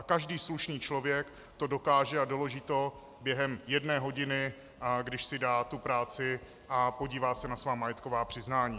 Každý slušný člověk to dokáže a doloží to během jedné hodiny, když si dá tu práci a podívá se na svá majetková přiznání.